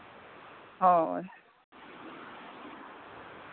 ᱦᱳᱭ